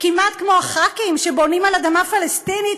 כמעט כמו הח"כים שבונים על אדמה פלסטינית